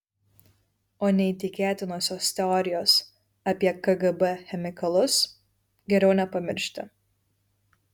o neįtikėtinosios teorijos apie kgb chemikalus geriau nepamiršti